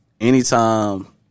Anytime